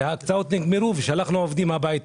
וההקצאות נגמרו ושלחנו עובדים הביתה.